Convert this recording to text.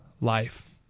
life